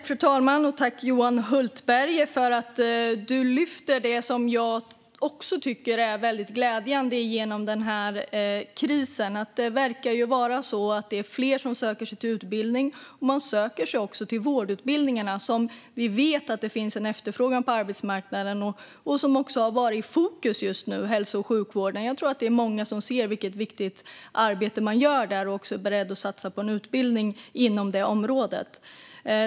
Fru talman! Tack till Johan Hultberg som lyfter det som jag också tycker är väldigt glädjande i den här krisen, nämligen att det verkar vara så att fler söker sig till utbildning och också till vårdutbildningarna. Vi vet att det finns en efterfrågan på arbetsmarknaden, och hälso och sjukvården har också varit i fokus just nu. Jag tror att det är många som ser vilket viktigt arbete man gör där och som också är beredda att satsa på en utbildning inom det området.